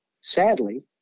sadly